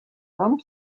some